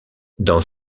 dans